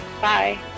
Bye